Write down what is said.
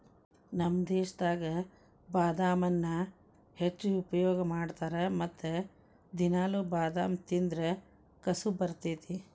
ನಮ್ಮ ದೇಶದಾಗ ಬಾದಾಮನ್ನಾ ಹೆಚ್ಚು ಉಪಯೋಗ ಮಾಡತಾರ ಮತ್ತ ದಿನಾಲು ಬಾದಾಮ ತಿಂದ್ರ ಕಸು ಬರ್ತೈತಿ